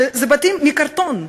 שזה בתים מקרטון,